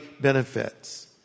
benefits